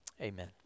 Amen